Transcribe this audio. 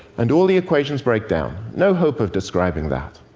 and all the equations break down. no hope of describing that.